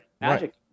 Magic